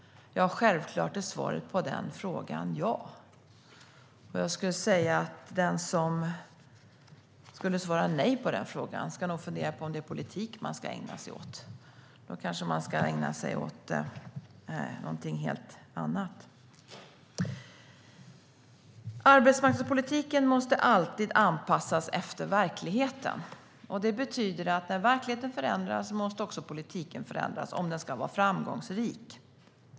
Självklart är svaret på den frågan ja. Den som skulle svara nej på den frågan ska nog fundera över om det är politik som man ska ägna sig åt. Då ska man kanske ägna sig åt någonting helt annat. Arbetsmarknadspolitiken måste alltid anpassas efter verkligheten. Det betyder att när verkligheten förändras måste också politiken förändras, om den ska vara framgångsrik.